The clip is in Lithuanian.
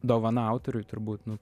dovana autoriui turbūt nu